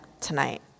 tonight